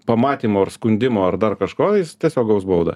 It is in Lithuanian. pamatymo ar skundimo ar dar kažko jis tiesiog gaus baudą